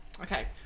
okay